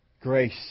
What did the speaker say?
Grace